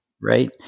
Right